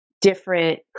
different